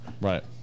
Right